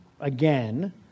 again